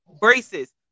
Braces